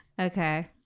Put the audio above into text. okay